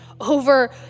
over